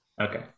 Okay